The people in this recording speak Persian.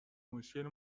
مشکل